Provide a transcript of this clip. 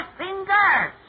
fingers